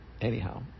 anyhow